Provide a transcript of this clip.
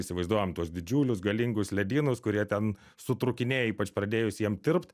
įsivaizduojam tuos didžiulius galingus ledynus kurie ten sutrūkinėja ypač pradėjus jiem tirpt